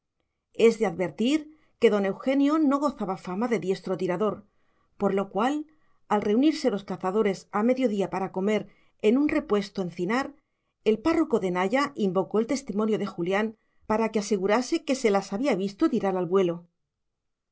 es de advertir que don eugenio no gozaba fama de diestro tirador por lo cual al reunirse los cazadores a mediodía para comer en un repuesto encinar el párroco de naya invocó el testimonio de julián para que asegurase que se las había visto tirar al vuelo